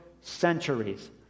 centuries